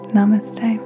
Namaste